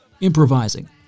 improvising